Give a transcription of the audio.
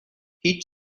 هیچ